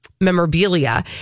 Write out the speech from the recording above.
memorabilia